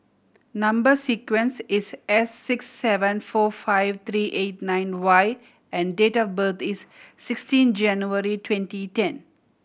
number sequence is S six seven four five three eight nine Y and date of birth is sixteen January twenty ten